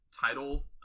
title